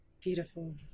Beautiful